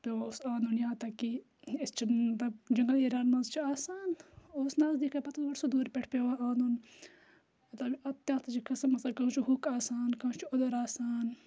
پیٚوان اوس آنُن یا تاکہِ أسۍ چھِنہٕ مَطلَب جنگل ایریا ہس منٛز چھِ آسان اوس نَزدیکٕے پَتہِ اوس گۄڈٕ سُہ دورِ پؠٹھ پیٚوان آنُن مَطلَب تَتھ أسۍ قٕسم آسان کانٛہہ چھِ ہوٚکھ آسان کانٛہہ چھُ اوٚدُر آسان